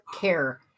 care